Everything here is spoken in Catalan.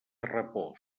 repòs